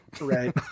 right